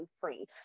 free